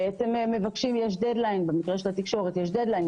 במקרה של התקשורת יש דד-ליין,